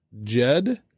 Jed